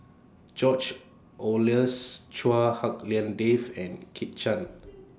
George Oehlers Chua Hak Lien Dave and Kit Chan